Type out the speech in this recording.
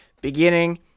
beginning